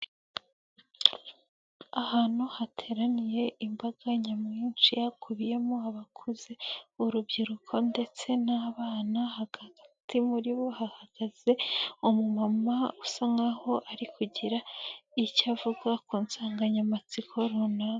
Ahantu hateraniye imbaga nyamwinshi hakubiyemo abakuze, urubyiruko ndetse n'abana, hagati muri bo hahagaze umumama usa nkaho ari kugira icyo avuga ku nsanganyamatsiko runaka.